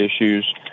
issues